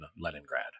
Leningrad